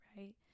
Right